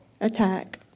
Attack